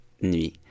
nuit